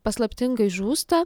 paslaptingai žūsta